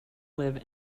live